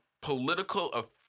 political